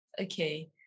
Okay